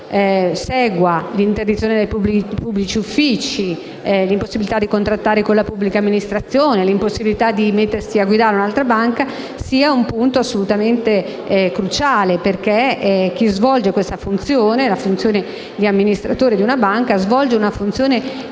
seguano l'interdizione dai pubblici uffici, l'impossibilità di contrattare con la pubblica amministrazione, l'impossibilità di mettersi alla guida di un'altra banca. Si tratta di un punto assolutamente cruciale, perché chi svolge la funzione di amministratore di una banca svolge una funzione di pubblico